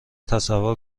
تصور